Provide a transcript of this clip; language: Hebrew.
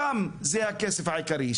שם זה הכסף העיקרי.